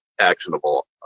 actionable